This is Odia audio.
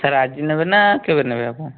ସାର୍ ଆଜି ନେବେନା କେବେ ନେବେ ଆପଣ